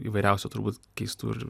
įvairiausių turbūt keistų ir